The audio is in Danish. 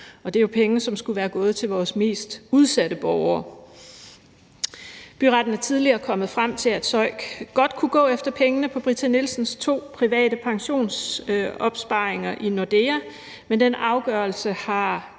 det er jo penge, som skulle være gået til vores mest udsatte borgere. Byretten er tidligere kommet frem til, SØIK godt kunne gå efter pengene på Britta Nielsens to private pensionsopsparinger i Nordea, men den afgørelse har